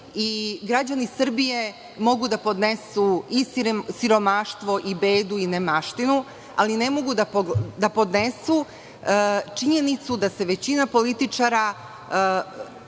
Građani Srbije mogu da podnesu i siromaštvo, i bedu i nemaštinu, ali ne mogu da podnesu činjenicu da se većina političara